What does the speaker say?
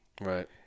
right